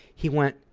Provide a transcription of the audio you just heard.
he went,